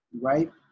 right